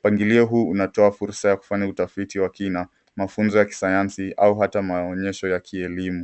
Mpangilio huu unatoa fursa ya kufanya utafiti wa kina, mafunzo ya kisayansi au hata maonyesho ya kielimu.